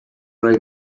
are